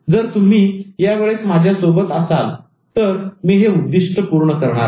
जर तुम्ही यावेळेस माझ्या सोबत असाल तर मी हे उद्दिष्ट पूर्ण करणार आहे